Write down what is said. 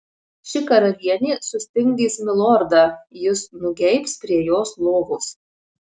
ši karalienė sustingdys milordą jis nugeibs prie jos lovos